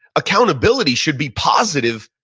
accountability should be positive,